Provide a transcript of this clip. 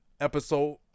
episode